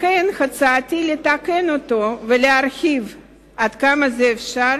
לכן, הצעתי לתקן אותו ולהרחיב עד כמה שאפשר